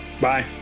Bye